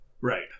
Right